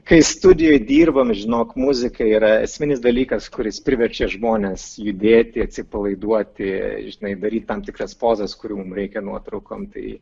kai studijoj dirbame žinok muzika yra esminis dalykas kuris priverčia žmones judėti atsipalaiduoti žinai daryti tam tikras pozas kurių mum reikia nuotraukom tai